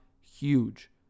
huge